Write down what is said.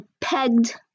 pegged